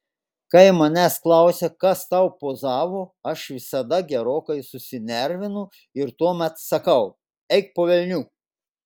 kai manęs klausia kas tau pozavo aš visada gerokai susinervinu ir tuomet sakau eik po velnių